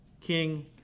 king